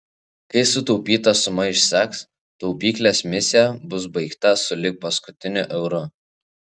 kai sutaupyta suma išseks taupyklės misija bus baigta sulig paskutiniu euru